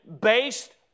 based